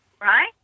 right